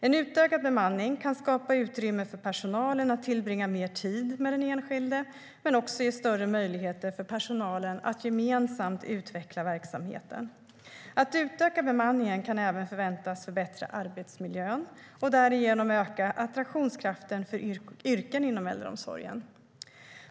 En utökad bemanning kan skapa utrymme för personalen att tillbringa mer tid med den enskilde men också ge större möjligheter för personalen att gemensamt utveckla verksamheten. Att utöka bemanningen kan även förväntas förbättra arbetsmiljön och därigenom öka attraktionskraften för yrken inom äldreomsorgen.